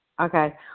Okay